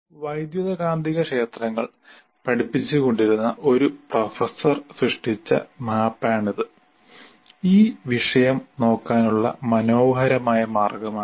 വൈദ്യുതകാന്തികക്ഷേത്രങ്ങൾ പഠിപ്പിച്ചുകൊണ്ടിരുന്ന ഒരു പ്രൊഫസർ സൃഷ്ടിച്ച മാപ്പാണിത് ഈ വിഷയം നോക്കാനുള്ള മനോഹരമായ മാർഗ്ഗമാണിത്